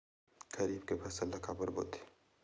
खरीफ के फसल ला काबर बोथे?